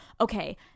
okay